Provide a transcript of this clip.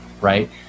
Right